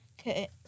Okay